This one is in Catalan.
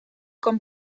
com